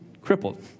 crippled